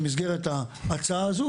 במסגרת ההצעה הזו,